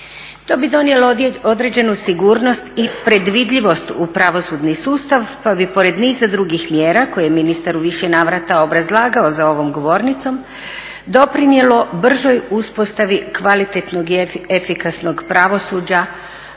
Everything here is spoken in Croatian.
To bi donijelo određenu sigurnost i predvidljivost u pravosudni sustav pa bi pored niza drugih mjera koje je ministar u više navrata obrazlagao za ovom govornicom doprinijelo bržoj uspostavi kvalitetnog i efikasnog pravosuđa